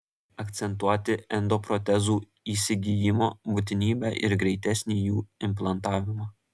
akcentuoti endoprotezų įsigijimo būtinybę ir greitesnį jų implantavimą